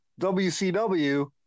WCW